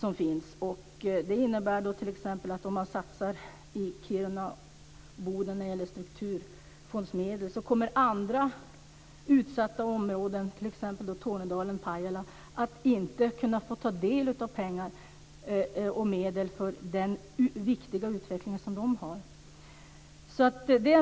Om man t.ex. satsar med strukturfondsmedel i Kiruna och Boden kommer andra utsatta områden, exempelvis Tornedalen och Pajala, inte att kunna ta del av medlen för den viktiga utvecklingen där.